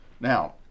now